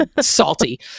salty